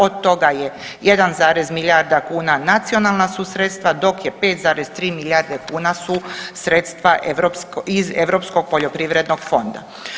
Od toga je jedan zarez milijarda kuna nacionalna su sredstva, dok je 5,3 milijarde kuna su sredstva iz Europskog poljoprivrednog fonda.